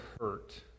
hurt